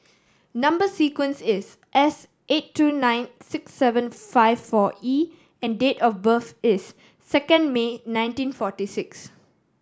number sequence is S eight two nine six seven five four E and date of birth is second May nineteen forty six